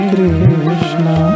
Krishna